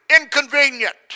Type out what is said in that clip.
inconvenient